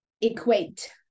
equate